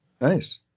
Nice